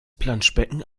planschbecken